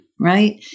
right